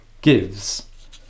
gives